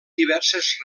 diverses